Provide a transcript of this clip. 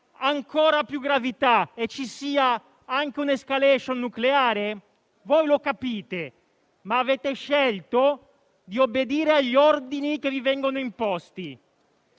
ancor più gravità e si verifichi anche un'*escalation* nucleare? Voi lo capite, ma avete scelto di obbedire agli ordini che vi vengono imposti,